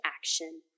action